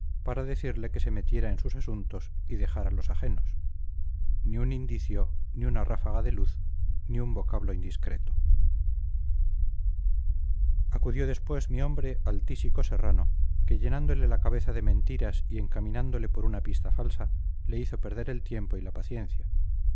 para decirle que se metiera en sus asuntos y dejara los ajenos ni un indicio ni una ráfaga de luz ni un vocablo indiscreto acudió después mi hombre al tísico serrano que llenándole la cabeza de mentiras y encaminándole por una pista falsa le hizo perder el tiempo y la paciencia